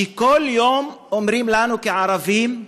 שכל יום אומרים לנו, כערבים: